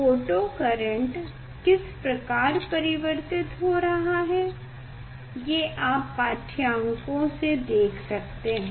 photo current किस प्रकार परिवर्तित हो रहा है ये आप पाठ्यांकों से देख सकते हैं